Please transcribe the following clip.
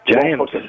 James